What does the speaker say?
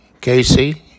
Casey